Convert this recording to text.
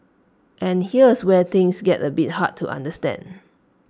and here's A where things get A bit hard to understand